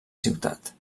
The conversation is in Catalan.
ciutat